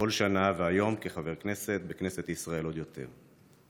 בכל שנה, והיום כחבר בכנסת ישראל עוד יותר.